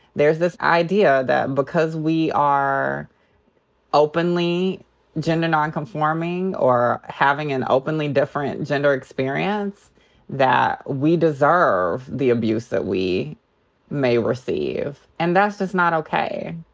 there's this idea that because we are openly gender nonconforming or having an openly different gender experience that we deserve the abuse that we may receive, and that's just not okay.